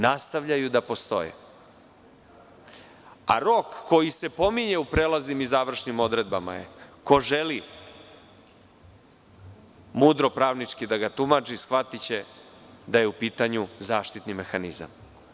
Nastavljaju da postoje, a rok koji se pominje u prelaznim i završnim odredbama, ko želi mudro pravnički da ga tumači, shvatiće da je u pitanju zaštitni mehanizam.